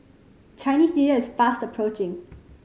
Chinese Year is fast approaching